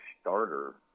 starter